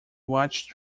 watched